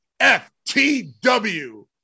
FTW